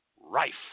rife